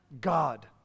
God